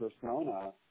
persona